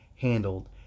handled